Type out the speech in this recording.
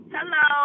Hello